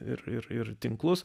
ir ir ir tinklus